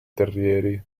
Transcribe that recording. terrieri